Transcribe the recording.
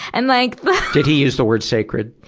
and like did he use the word sacred?